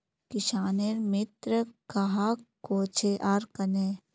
किसानेर मित्र कहाक कोहचे आर कन्हे?